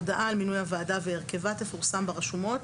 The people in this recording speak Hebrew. הודעה על מינוי הוועדה והרכבה תפורסם ברשומות.